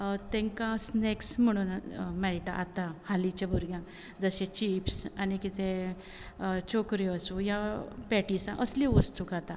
तांकां स्नेक्स म्हणून मेळटा आतां हालींच्या भुरग्यांक जशे चिप्स आनी कितें चोकऱ्यो आसूं ह्या पॅटिसाक असली वस्तू खाता